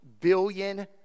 billion